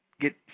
get